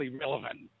relevant